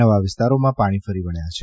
નવા વિસ્તારોમાં પાણી ફરી વળ્યા છે